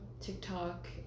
TikTok